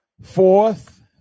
Fourth